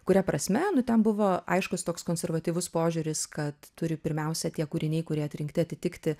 kuria prasme nu ten buvo aiškus toks konservatyvus požiūris kad turi pirmiausia tie kūriniai kurie atrinkti atitikti